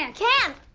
and can!